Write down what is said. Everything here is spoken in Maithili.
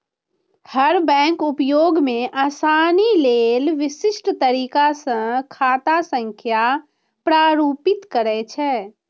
हर बैंक उपयोग मे आसानी लेल विशिष्ट तरीका सं खाता संख्या प्रारूपित करै छै